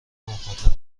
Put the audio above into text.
مخاطب